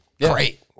great